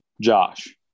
Josh